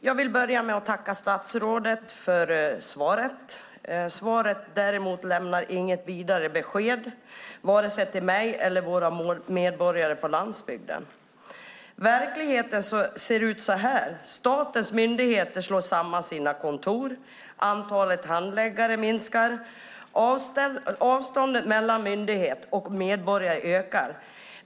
Fru talman! Jag tackar statsrådet för svaret. Det är ett svar som dock inte lämnar något vidare besked vare sig till mig eller till våra medborgare på landsbygden. I verkligheten ser det ut så här: Statens myndigheter slår samman sina kontor, antalet handläggare minskar och avståndet mellan myndighet och medborgare ökar.